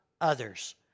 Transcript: others